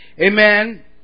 Amen